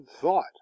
thought